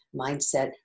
mindset